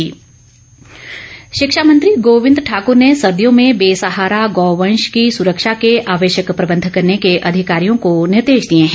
गोविंद शिक्षामंत्री गोविंद ठाकूर ने सर्दियों में बेसहारा गौवंश की सुरक्षा के आवश्यक प्रबन्ध करने के अधिकारियों को निर्देश दिए हैं